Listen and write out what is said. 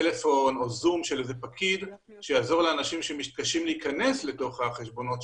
טלפון או זום של איזה פקיד שיעזור לאנשים שמתקשים להיכנס לתוך החשבון.